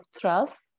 trust